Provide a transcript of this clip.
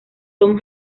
tom